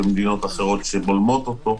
ומדינות אחרות שבולמות אותו.